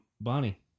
Bonnie